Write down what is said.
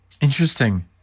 Interesting